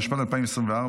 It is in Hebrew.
התשפ"ד 2024,